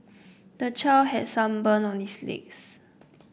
the child has some burns on his legs